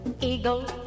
eagle